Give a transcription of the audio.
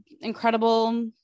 incredible